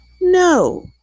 No